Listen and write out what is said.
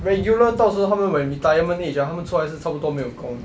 regular 到时他们 when retirement age ah 他们出来是差不多没有工